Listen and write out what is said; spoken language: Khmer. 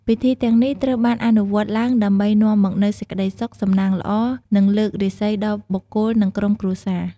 ពិធីទាំងនេះត្រូវបានអនុវត្តឡើងដើម្បីនាំមកនូវសេចក្ដីសុខ សំណាងល្អ និងលើករាសីដល់បុគ្គលនិងក្រុមគ្រួសារ។